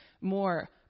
more